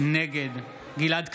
נגד גלעד קריב,